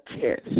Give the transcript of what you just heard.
Kiss